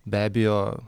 be abejo